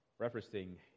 referencing